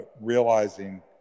realizing